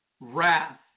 wrath